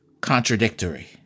contradictory